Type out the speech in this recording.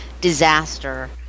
disaster